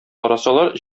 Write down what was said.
карасалар